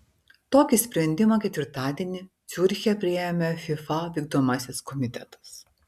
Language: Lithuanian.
tokį sprendimą ketvirtadienį ciuriche priėmė fifa vykdomasis komitetas